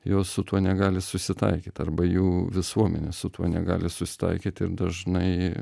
jos su tuo negali susitaikyt arba jų visuomenė su tuo negali susitaikyti ir dažnai